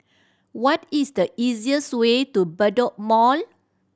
what is the easiest way to Bedok Mall